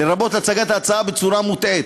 לרבות הצגת ההצעה בצורה מוטעית.